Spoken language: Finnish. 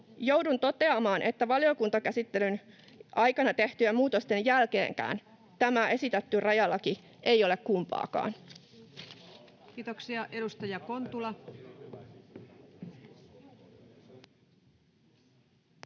Joudun toteamaan, että valiokuntakäsittelyn aikana tehtyjen muutosten jälkeenkään tämä esitetty rajalaki ei ole kumpaakaan. [Speech 64] Speaker: